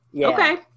Okay